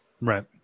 right